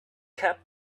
kept